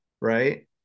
right